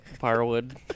firewood